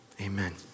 Amen